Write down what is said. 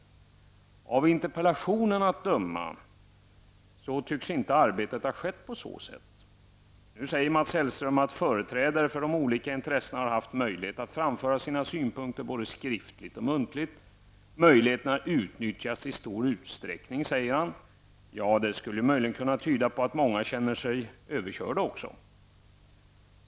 Av interpellationen att döma tycks inte arbetet ha skett på så sätt. Mats Hellström säger att företrädare för de olika intressena har haft möjlighet att framföra sina synpunkter både skriftligt och muntligt. Möjligheterna har utnyttjats i stor utsträckning, säger han. Det skulle möjligen kunna tyda på att många känner sig överkörda.